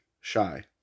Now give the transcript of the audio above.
shy